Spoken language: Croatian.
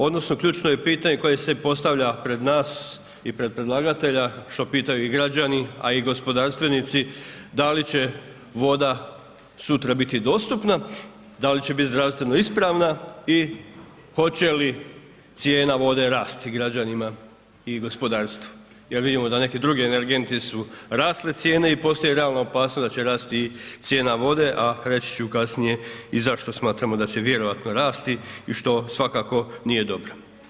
Odnosno ključno je pitanje koje se postavlja pred nas i pred predlagatelja, što pitaju i građani a i gospodarstvenici, da li će voda sutra biti dostupna, da li će biti zdravstveno ispravna i hoće li cijena vode rasti građanima i gospodarstvu jer vidimo da neki drugi energenti su rasle cijene i postoji realna opasnost da će rasti i cijena vode a reći ću kasnije i zašto smatramo da će vjerovatno rasti i što svakako nije dobro.